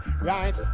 right